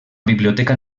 biblioteca